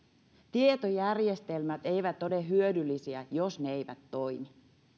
tietojärjestelmät eivät ole hyödyllisiä jos ne eivät toimi